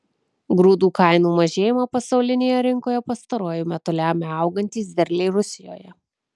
grūdų kainų mažėjimą pasaulinėje rinkoje pastaruoju metu lemia augantys derliai rusijoje